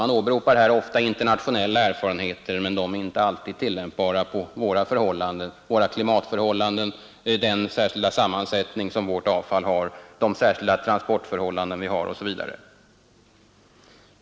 Man åberopar här ofta internationella erfarenheter, men de är inte alltid tillämpbara på våra förhållanden med tanke på vårt klimat, den särskilda sammansättningen av vårt avfall, de speciella trafikförhållanden vi har osv.